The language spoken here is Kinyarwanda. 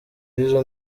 y’izo